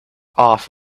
off